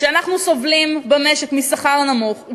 כשאנחנו סובלים במשק משכר נמוך,